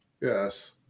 yes